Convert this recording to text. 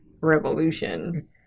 revolution